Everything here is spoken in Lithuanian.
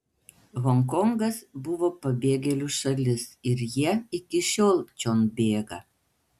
honkongas buvo pabėgėlių šalis ir jie iki šiol čion bėga